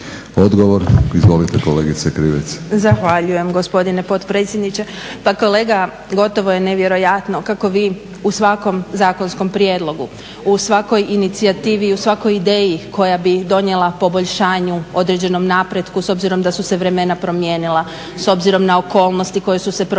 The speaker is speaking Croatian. Krivec, Ivana (SDP)** Zahvaljujem gospodine potpredsjedniče. Pa kolega, gotovo je nevjerojatno kako vi u svakom zakonskom prijedlogu, u svakoj inicijativi i u svakoj ideji koja bi donijela poboljšanju, određenom napretku s obzirom da su se vremena promijenila, s obzirom na okolnosti koje su se promijenile,